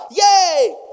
Yay